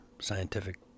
scientific